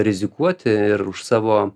rizikuoti ir už savo